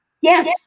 yes